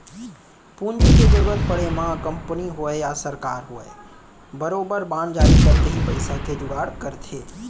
पूंजी के जरुरत पड़े म कंपनी होवय या सरकार होवय बरोबर बांड जारी करके ही पइसा के जुगाड़ करथे